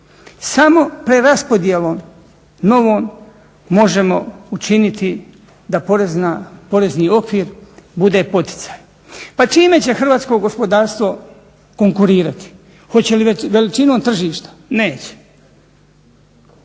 Samo preraspodjelom novom možemo učiniti da porezni okvir bude poticaj. Pa čime će hrvatsko gospodarstvo konkurirati? Hoće li veličinom tržišta? Neće.